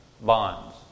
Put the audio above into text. bonds